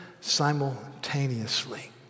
simultaneously